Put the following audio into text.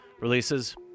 releases